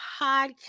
podcast